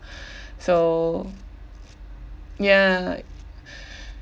so ya